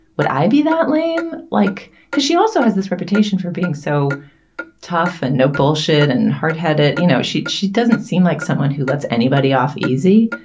would i be that lame? like because she also has this reputation for being so tough and no bullshit and hardheaded, you know, shit. she doesn't seem like someone who lets anybody off easy.